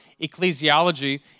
ecclesiology